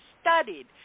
studied